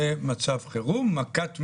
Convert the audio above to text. שזה מצב חירום, מכת מדינה,